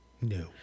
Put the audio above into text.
No